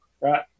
Right